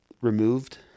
removed